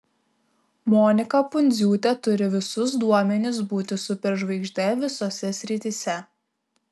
monika pundziūtė turi visus duomenis būti superžvaigžde visose srityse